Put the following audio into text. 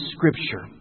Scripture